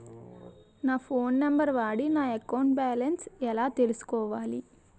నా phone number వాడి నా అకౌంట్ బాలన్స్ ఎలా తెలుసుకోవాలి?